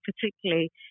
particularly